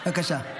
בבקשה.